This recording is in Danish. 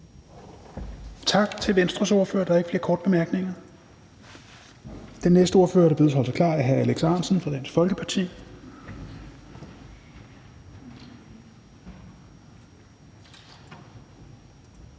Tak til Venstres ordfører. Der er ikke flere korte bemærkninger. Den næste ordfører, der bedes holde sig klar, er hr. Alex Ahrendtsen fra Dansk Folkeparti.